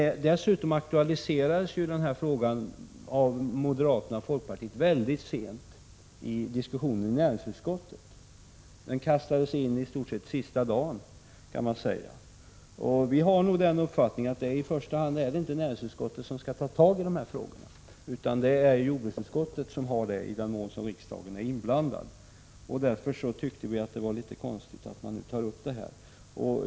Dessutom aktualiserades ju denna fråga mycket sent av moderaterna och folkpartiet i näringsutskottets diskussion. Man kan säga att den i stort sett kastades in den sista dagen. Vi har den uppfattningen att det nog inte heller är näringsutskottet som i första hand skall ta sig an dessa frågor, utan att det är jordbruksutskottet som har att göra det — i den mån riksdagen är inblandad. Vi tycker därför att det är litet konstigt att man nu tar upp denna fråga.